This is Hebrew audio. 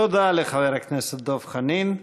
תודה לחבר הכנסת דב חנין.